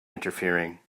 interfering